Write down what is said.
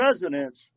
president's